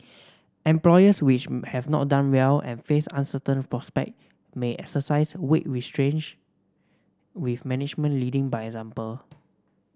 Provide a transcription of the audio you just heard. employers which have not done well and face uncertain prospect may exercise wage restraint with management leading by example